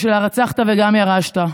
שבאמת עשתה